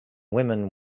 women